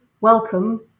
welcome